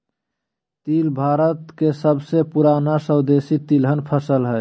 तिल भारत के सबसे पुराना स्वदेशी तिलहन फसल हइ